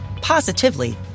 positively